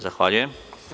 Zahvaljujem.